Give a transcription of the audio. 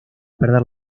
perder